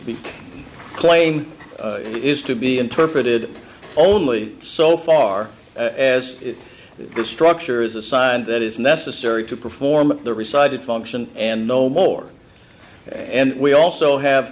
claim is to be interpreted only so far as the structure is assigned that is necessary to perform the resided function and no more and we also have